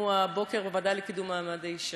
הבוקר בוועדה לקידום מעמד האישה.